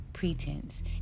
pretense